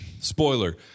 spoiler